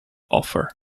offer